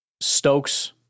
Stokes